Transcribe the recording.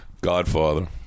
Godfather